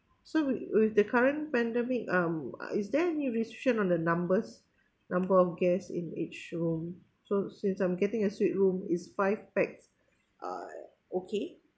so with with the current pandemic um is there any restriction on the numbers number of guests in each room so since I'm getting a suite room is five pax uh okay